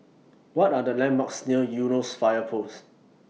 What Are The landmarks near Eunos Fire Post